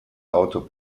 auto